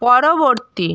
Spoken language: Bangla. পরবর্তী